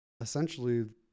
essentially